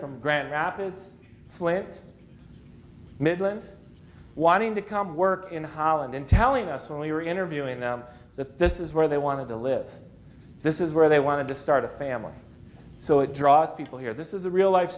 from grand rapids flint mid winter wanting to come work in holland in telling us when we were interviewing them that this is where they wanted to live this is where they wanted to start a family so it draws people here this is a real life